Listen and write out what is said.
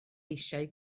eisiau